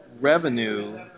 revenue